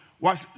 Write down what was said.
watch